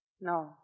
No